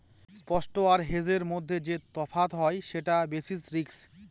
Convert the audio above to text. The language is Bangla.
স্পট আর হেজের মধ্যে যে তফাৎ হয় সেটা বেসিস রিস্ক